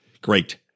Great